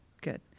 good